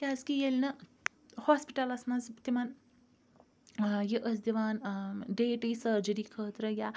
کیازکہِ ییٚلہِ نہٕ ہوسپِٹَلَس مَنٛز تِمَن یہِ ٲسۍ دِوان ڈیٹے سرجری خٲطرٕ یا